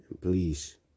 Please